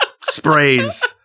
sprays